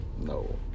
No